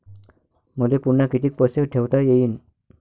मले पुन्हा कितीक पैसे ठेवता येईन?